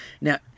Now